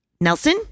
Nelson